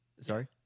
sorry